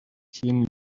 kim